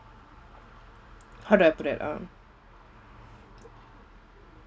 how do I put that uh